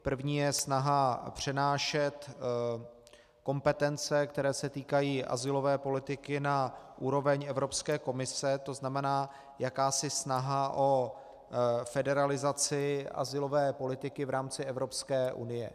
První je snaha přenášet kompetence, které se týkají azylové politiky, na úroveň Evropské komise, to znamená jakási snaha o federalizaci azylové politiky v rámci Evropské unie.